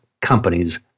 companies